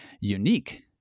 unique